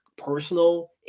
personal